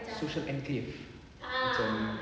social enclave macam